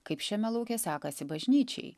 kaip šiame lauke sekasi bažnyčiai